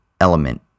element